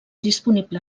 disponible